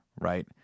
right